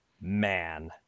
man